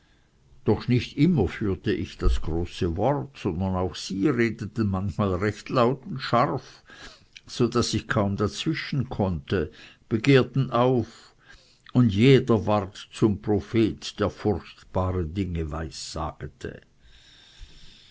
doch nicht immer führte ich das große wort sondern auch sie redeten manchmal recht laut und scharf so daß ich kaum dazwischen konnte begehrten auf und jeder ward zum prophet der furchtbare dinge